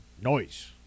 noise